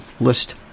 list